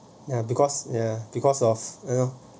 ya because ya because of you know